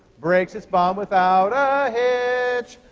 breaks its bond without a hitch.